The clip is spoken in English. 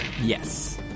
Yes